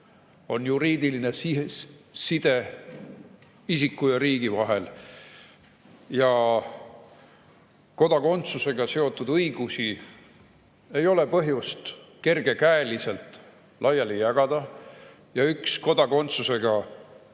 on juriidiline side isiku ja riigi vahel ning kodakondsusega seotud õigusi ei ole põhjust kergekäeliselt laiali jagada. Üks kodakondsusega